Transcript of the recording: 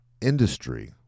industry